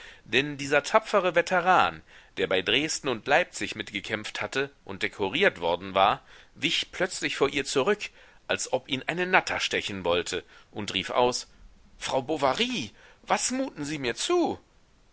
denn dieser tapfere veteran der bei dresden und leipzig mitgekämpft hatte und dekoriert worden war wich plötzlich vor ihr zurück als ob ihn eine natter stechen wollte und rief aus frau bovary was muten sie mir zu